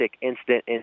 incident